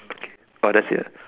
okay oh that's it ah